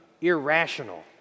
irrational